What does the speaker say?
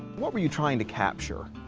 what were you trying to capture?